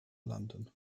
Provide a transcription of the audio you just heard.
london